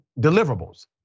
deliverables